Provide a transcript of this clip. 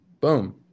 boom